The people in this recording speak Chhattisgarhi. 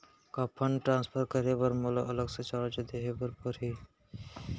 का फण्ड ट्रांसफर करे बर मोला अलग से चार्ज देहे बर परही?